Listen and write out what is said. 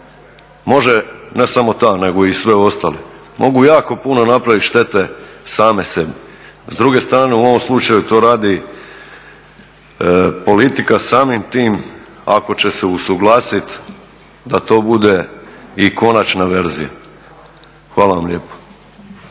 ne samo ta nego i sve ostale, mogu jako puno napraviti štete sami sebi. S druge strane u ovom slučaju to radi politika samim tim ako će se usuglasiti da to bude i konačna verzija. Hvala vam lijepo.